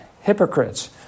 hypocrites